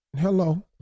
Hello